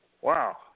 Wow